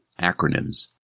Acronyms